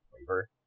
flavor